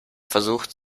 versucht